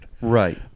right